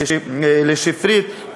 לשפרית,